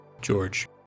George